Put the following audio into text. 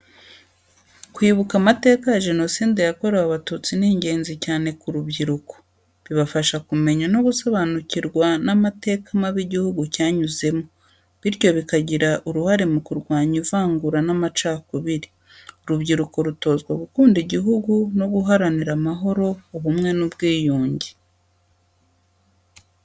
Kwibuka amateka ya Jenoside yakorewe Abatutsi ni ingenzi cyane ku rubyiruko. Bibafasha kumenya no gusobanukirwa n’amateka mabi igihugu cyanyuzemo, bityo bakagira uruhare mu kurwanya ivangura n’amacakubiri. Urubyiruko rutozwa gukunda igihugu no guharanira amahoro, ubumwe n’ubwiyunge.